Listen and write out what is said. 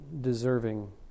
deserving